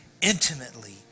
intimately